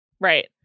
Right